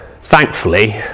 Thankfully